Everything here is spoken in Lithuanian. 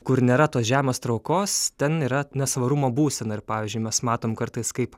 kur nėra tos žemės traukos ten yra nesvarumo būsena ir pavyzdžiui mes matom kartais kaip